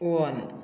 on